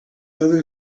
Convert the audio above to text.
other